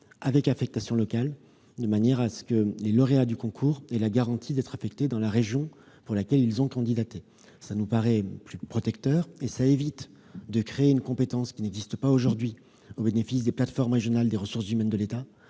d'une affectation locale ; ainsi, les lauréats du concours auront la garantie d'être affectés dans la région pour laquelle ils ont postulé. Cela nous paraît plus protecteur et cela évite de créer une compétence, qui n'existe pas aujourd'hui, au bénéfice des plates-formes régionales des ressources humaines de l'État,